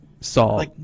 saw